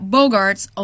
Bogarts